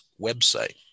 website